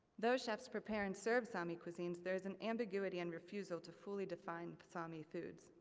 those chefs prepare and serve sami cuisines, there is an ambiguity and refusal to fully define sami foods.